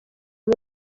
uyu